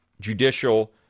judicial